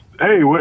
hey